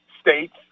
states